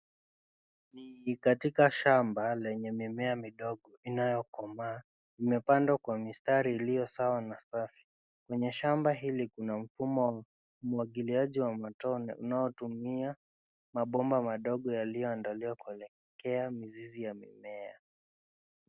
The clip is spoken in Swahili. Ni katika shamba lenye mimea midogo inaoyokomaa imepandwa kwa mistari iliyosawa na safi, kwenye shamba hili kuna mfumo wa umwagiliaji wa matone unaotumia mabomba madogo yaliyoandaliwa kuelekea mizizi ya mimea.